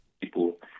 people